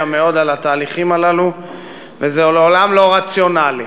על התהליכים הללו וזה לעולם לא רציונלי.